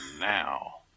now